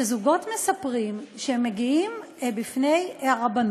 שזוגות מספרים שהם מגיעים בפני הרבנות,